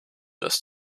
dass